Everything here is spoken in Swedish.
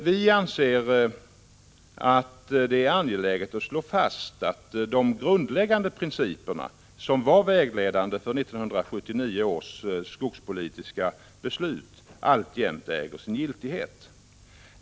Vi anser att det är angeläget att slå fast att de grundläggande principer som var vägledande för 1979 års skogspolitiska beslut alltjämt äger sin giltighet.